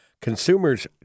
Consumer's